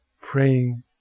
praying